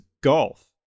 golf